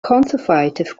conservative